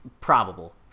probable